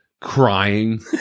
crying